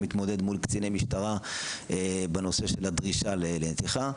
מתמודד מול קציני משטרה בנושא של הדרישה לנתיחה.